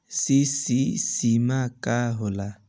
CC सीमा का होला?